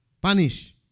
punish